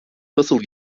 nasıl